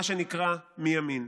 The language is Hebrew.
מה שנקרא, מימין?